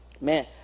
Man